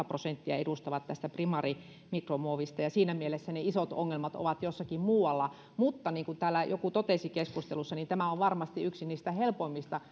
prosenttia edustavat tästä primaarimikromuovista ja siinä mielessä isot ongelmat ovat jossakin muualla mutta niin kuin täällä joku totesi keskustelussa tämä on varmasti yksi niistä helpoimmista